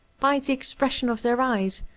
by the expression of their eyes,